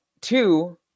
Two